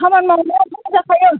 खामानि मावनायाव ओंखाम जाखायो